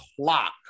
clock